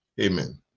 Amen